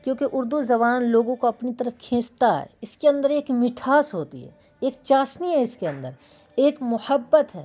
کیونکہ اردو زبان لوگوں کو اپنی طرف کھینچتا ہے اس کے اندر ایک مٹھاس ہوتی ہے ایک چاشنی ہے اس کے اندر ایک محبت ہے